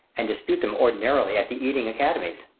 and dispute them ordinarily at the eating academies.